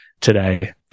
today